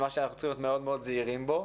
זה משהו שאנחנו צריכים להיות מאוד מאוד זהירים בו.